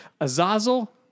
Azazel